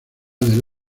del